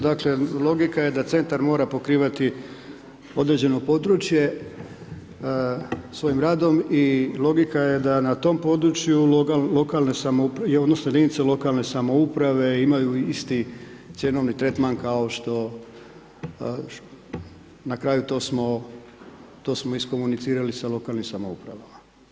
Dakle, logika je da centar mora pokrivati određeno područje svojim radom i logika je da na tom području lokalne samouprave odnosno jedinica lokalne samouprave imaju isti cjenovni tretman kao što na kraju to smo iskomunicirali sa lokalnim samoupravama.